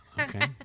Okay